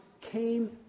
came